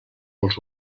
als